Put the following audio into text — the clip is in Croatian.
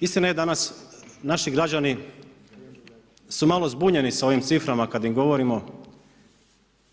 Istina je danas, naši građani, su malo zbunjeni sa ovim ciframa kada im malo govorimo,